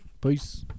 Peace